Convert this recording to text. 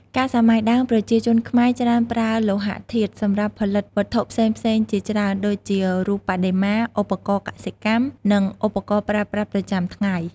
កាលសម័យដើមប្រជាជនខ្មែរច្រើនប្រើលោហធាតុ សម្រាប់ផលិតវត្ថុផ្សេងៗជាច្រើន ដូចជារូបបដិមា ឧបករណ៍កសិកម្ម និងឧបករណ៍ប្រើប្រាស់ ប្រចាំថ្ងៃ។